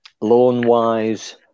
Loan-wise